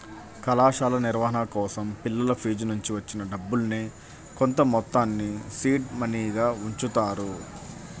కళాశాల నిర్వహణ కోసం పిల్లల ఫీజునుంచి వచ్చిన డబ్బుల్నే కొంతమొత్తాన్ని సీడ్ మనీగా ఉంచుతారు